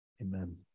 Amen